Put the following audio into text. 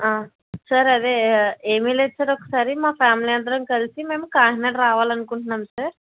sir అదే ఏమీ లేదు సార్ ఒకసారి మా ఫ్యామిలీ అందరం కలిసి మేము కాకినాడ రావాలనుకుంటున్నాం సార్